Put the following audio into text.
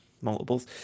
multiples